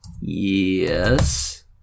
Yes